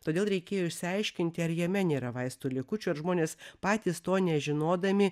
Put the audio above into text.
todėl reikėjo išsiaiškinti ar jame nėra vaistų likučių ar žmonės patys to nežinodami